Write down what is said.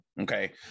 okay